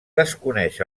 desconeix